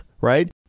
Right